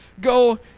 go